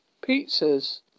Pizza's